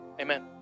Amen